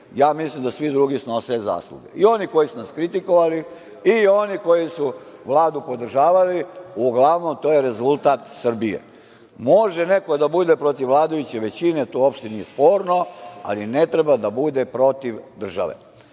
ja mislim da svi drugi snose zasluge, i oni koji su nas kritikovali i oni koji su Vladu podržavali, uglavnom to je rezultat Srbije. Može neko da bude protiv vladajuće većine, to uopšte nije sporno, ali ne treba da bude protiv države. Dame